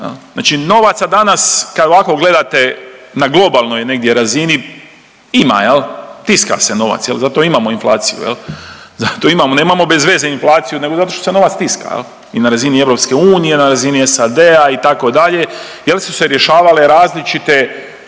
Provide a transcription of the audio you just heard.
Znači novaca danas kad ovako gledate na globalnoj negdje razini ima, tiska se novac, zato imamo inflaciju, zato imamo, nemamo bezveze inflaciju nego zato što se novac tiska i na razini EU i na razini SAD-a itd. jel su se rješavali različite,